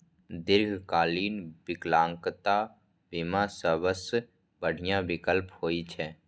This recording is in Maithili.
दीर्घकालीन विकलांगता बीमा सबसं बढ़िया विकल्प होइ छै